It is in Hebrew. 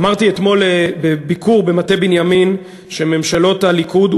אמרתי אתמול בביקור במטה בנימין שממשלות הליכוד,